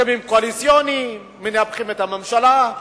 הסכמים קואליציוניים מנפחים את הממשלה,